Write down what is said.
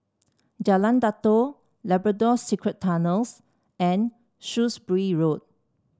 Jalan Datoh Labrador Secret Tunnels and Shrewsbury Road